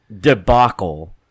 debacle